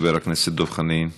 חבר הכנסת דב חנין.